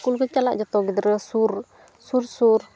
school ᱠᱚ ᱪᱟᱞᱟᱜᱼᱟ ᱡᱚᱛᱚ ᱜᱤᱫᱽᱨᱟᱹ ᱥᱩᱨ ᱥᱩᱨ